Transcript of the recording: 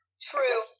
True